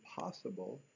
impossible